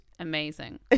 Amazing